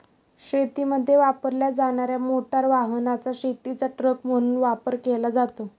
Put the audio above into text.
शेतीमध्ये वापरल्या जाणार्या मोटार वाहनाचा शेतीचा ट्रक म्हणून वापर केला जातो